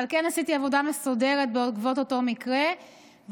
אבל עשיתי עבודה מסודרת בעקבות אותו מקרה,